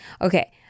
Okay